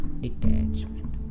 detachment